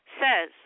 says